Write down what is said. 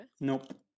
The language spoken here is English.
Nope